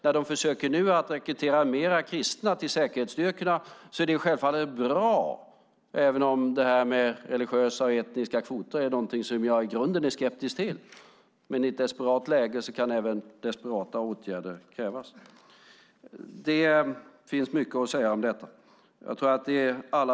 När de nu försöker rekrytera fler kristna till säkerhetsstyrkorna är det självfallet bra, även om det här med religiösa och etniska kvoter är något som jag i grunden är skeptisk till. Men i ett desperat läge kan även desperata åtgärder krävas. Det finns mycket att säga om detta.